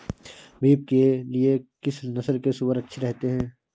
Beef के लिए किस नस्ल के सूअर अच्छे रहते हैं?